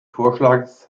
vorschlags